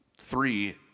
three